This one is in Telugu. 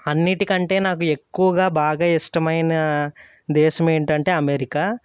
అన్నీటికంటే నాకు ఎక్కువగా బాగా ఇష్టమైన దేశం ఏంటంటే అమెరికా